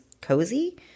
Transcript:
cozy